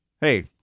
Hey